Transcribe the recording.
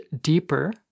deeper